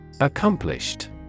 Accomplished